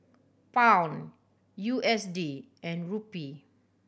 Pound U S D and Rupee